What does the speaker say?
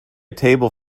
table